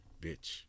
bitch